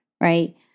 Right